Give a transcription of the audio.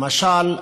למשל,